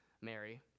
Mary